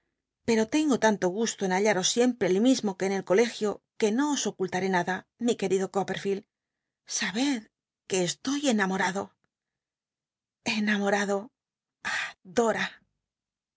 pero tengo tanto gusto en hallaros siempre el mismo que en el colegio que no os ocultare nada mi querido coppe field sabed que estoy enamorado enamorado ah